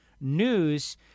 news